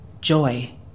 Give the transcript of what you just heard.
Joy